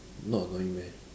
not annoying meh